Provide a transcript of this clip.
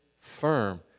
firm